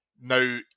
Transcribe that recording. now